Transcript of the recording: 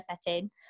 setting